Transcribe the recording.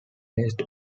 placed